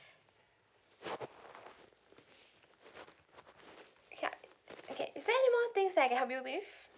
ya okay is there any more things that I can help you with